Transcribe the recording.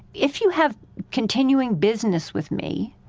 if you have continuing business with me,